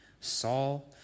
Saul